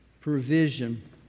provision